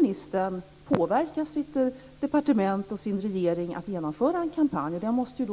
Ministern kan påverka sitt departement och regeringen att genomföra en kampanj. Det måste